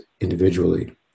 individually